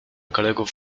kolegów